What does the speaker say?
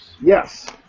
Yes